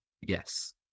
Yes